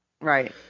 Right